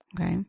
okay